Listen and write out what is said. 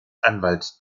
anwalt